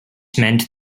meant